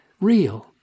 real